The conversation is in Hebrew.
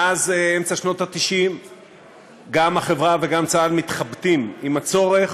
מאז אמצע שנות ה-90 גם החברה וגם צה"ל מתחבטים עם הצורך,